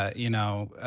ah you know,